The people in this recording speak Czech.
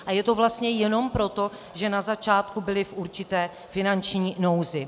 A je to vlastně jenom proto, že na začátku byli v určité finanční nouzi.